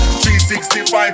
365